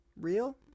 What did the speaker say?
Real